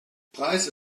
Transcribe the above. preise